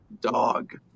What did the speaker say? dog